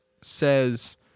says